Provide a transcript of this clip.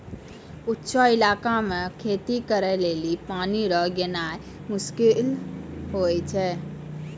ऊंचो इलाका मे खेती करे लेली पानी लै गेनाय मुश्किल होय छै